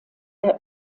der